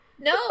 No